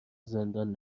زندان